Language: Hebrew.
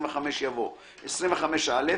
יבוא: "(25א)